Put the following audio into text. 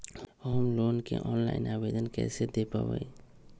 Home loan के online आवेदन कैसे दें पवई?